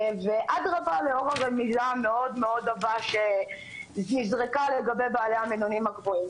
לאור רמז מאוד עבה שנזרק לגבי בעיית המינונים הגבוהים.